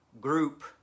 group